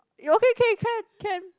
okay okay can can